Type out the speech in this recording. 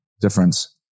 difference